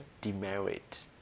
demerit